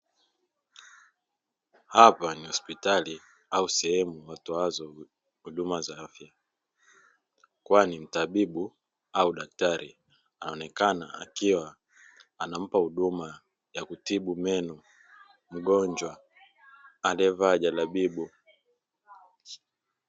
Hapa ni hospitali au sehemu watoazo huduma za afya kwani mtabibu au daktari anaonekana, akiwa anampa huduma ya kutibu meno mgonjwa aliyevaa jalabibu.